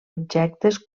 objectes